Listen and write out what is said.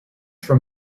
from